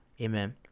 Amen